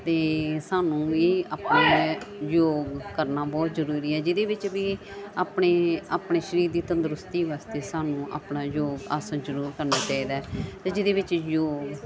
ਅਤੇ ਸਾਨੂੰ ਵੀ ਆਪਣੇ ਯੋਗ ਕਰਨਾ ਬਹੁਤ ਜ਼ਰੂਰੀ ਹੈ ਜਿਹਦੇ ਵਿੱਚ ਵੀ ਆਪਣੇ ਆਪਣੇ ਸਰੀਰ ਦੀ ਤੰਦਰੁਸਤੀ ਵਾਸਤੇ ਸਾਨੂੰ ਆਪਣਾ ਜੋ ਆਸਣ ਜ਼ਰੂਰ ਕਰਨਾ ਚਾਹੀਦਾ ਅਤੇ ਜਿਹਦੇ ਵਿੱਚ ਯੂ